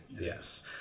yes